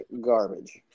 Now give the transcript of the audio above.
garbage